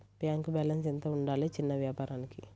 Bank balance ఎంత ఉండాలి చిన్న వ్యాపారానికి?